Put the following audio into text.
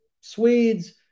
Swedes